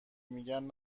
میگن